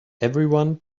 everyone